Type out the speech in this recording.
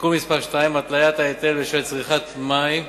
(תיקון מס' 2) (התליית ההיטל בשל צריכת מים עודפת),